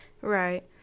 Right